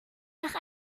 nach